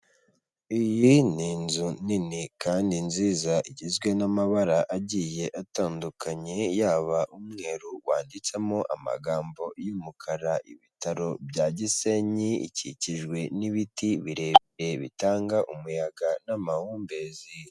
Iyi ni inzu nini kandi nziza igizwe n'amabara agiye atandukanye, yaba umweru wanditsemo amagambo y'umukara. Ibitaro bya gisenyi bikikijwe n'ibiti birebire bitanga umuyaga n'amahumbezi.